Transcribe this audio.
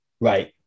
Right